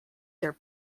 their